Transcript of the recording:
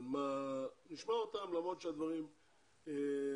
נשמע אותם, למרות שהדברים מתקיימים.